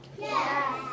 Yes